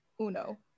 Uno